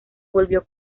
volvió